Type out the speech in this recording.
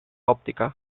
óptica